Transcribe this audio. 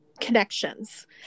connections